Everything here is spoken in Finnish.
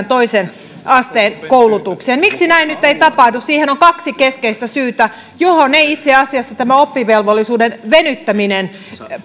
toisen asteen koulutukseen miksi näin ei nyt tapahdu siihen on kaksi keskeistä syytä joihin ei itse asiassa tämä oppivelvollisuuden venyttäminen